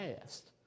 past